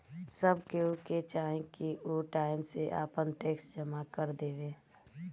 सब केहू के चाही की उ टाइम से आपन टेक्स जमा कर देवे